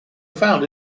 found